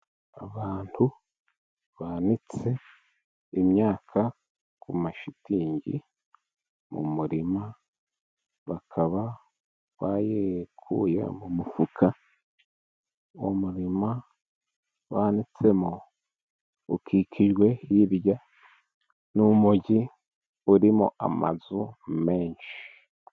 Abantu banitse imyaka ku mashitingi mu murima, bakaba bayikuye mu mufuka. Wa muririma banitsemo ukikijwe hirya n'umujyi urimo amazu menshi.